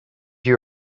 you